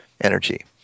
energy